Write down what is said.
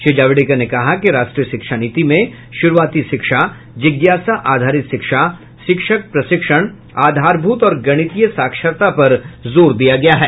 श्री जावड़ेकर ने कहा कि राष्ट्रीय शिक्षा नीति में श्रूआती शिक्षा जिज्ञासा आधारित शिक्षा शिक्षक प्रशिक्षण आधारभूत और गणितीय साक्षरता पर जोर दिया गया है